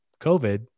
COVID